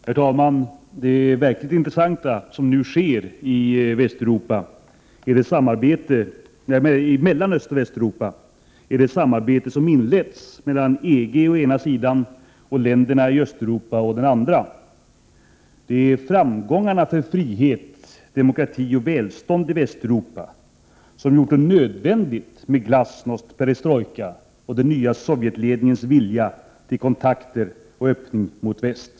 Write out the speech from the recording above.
Herr talman! Det verkligt intressanta är det samarbete mellan Östoch Västeuropa som inletts, dvs. mellan EG å den ena sidan och länderna i Östeuropa å den andra. Det är framgångarna för frihet, demokrati och välstånd i Västeuropa som har gjort det nödvändigt med glasnost, perestrojka och den nya Sovjetledningens vilja till kontakter och öppning mot väst.